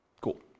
Cool